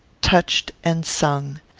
touched and sung